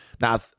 now